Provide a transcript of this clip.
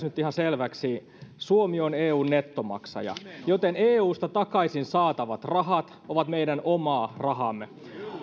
nyt ihan selväksi suomi on eun nettomaksaja joten eusta takaisin saatavat rahat ovat meidän omaa rahaamme